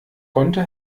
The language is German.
konnte